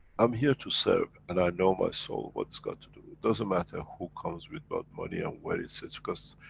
i'm here to serve, and i know my soul what's got to do. doesn't matter who comes with what money and where it sits because,